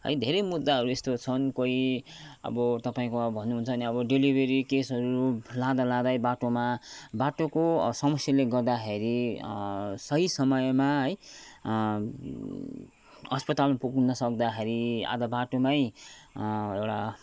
है धेरै मुद्दाहरू यस्तो छन् कोही अब तपाईँको अब भन्नुहुन्छ नि अब डेलिभेरी केसहरू लाँदा लाँदै बाटोमा बाटोको समस्याले गर्दाखेरि सही समयमा है अस्पतालमा पुग्नु नसक्दाखेरि आधा बाटोमै एउटा